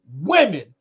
women